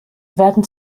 werden